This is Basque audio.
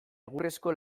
egurrezko